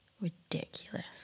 Ridiculous